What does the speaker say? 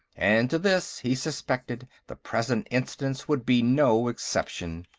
and to this, he suspected, the present instance would be no exception.